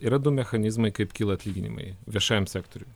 yra du mechanizmai kaip kyla atlyginimai viešajam sektoriui